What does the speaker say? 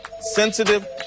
sensitive